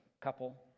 couple